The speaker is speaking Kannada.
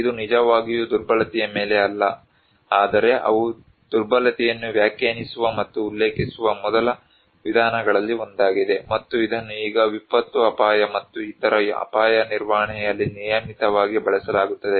ಇದು ನಿಜವಾಗಿಯೂ ದುರ್ಬಲತೆಯ ಮೇಲೆ ಅಲ್ಲ ಆದರೆ ಅವು ದುರ್ಬಲತೆಯನ್ನು ವ್ಯಾಖ್ಯಾನಿಸುವ ಮತ್ತು ಉಲ್ಲೇಖಿಸುವ ಮೊದಲ ವಿಧಾನಗಳಲ್ಲಿ ಒಂದಾಗಿದೆ ಮತ್ತು ಇದನ್ನು ಈಗ ವಿಪತ್ತು ಅಪಾಯ ಮತ್ತು ಇತರ ಅಪಾಯ ನಿರ್ವಹಣೆಯಲ್ಲಿ ನಿಯಮಿತವಾಗಿ ಬಳಸಲಾಗುತ್ತದೆ